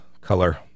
color